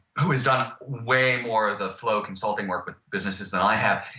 who has done way more of the flow consulting work with businesses than i have,